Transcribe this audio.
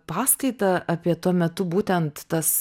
paskaitą apie tuo metu būtent tas